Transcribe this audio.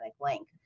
link